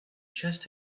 chest